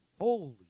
holy